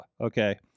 Okay